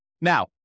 Now